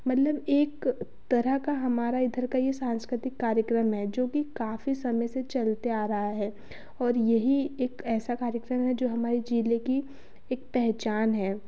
मतलब एक तरह का हमारा इधर का यह सांस्कृतिक कार्यक्रम है जो कि काफ़ी समय से चलते आ रहा है और यही एक ऐसा कार्यक्रम है जो हमारे जिले की एक पहचान है